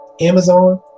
Amazon